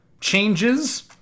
changes